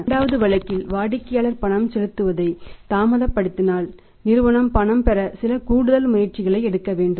இரண்டாவது வழக்கில் வாடிக்கையாளர் பணம் செலுத்துவதை தாமதப்படுத்தினால் நிறுவனம் பணம் பெற சில கூடுதல் முயற்சிகளை எடுக்க வேண்டும்